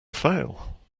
fail